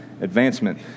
advancement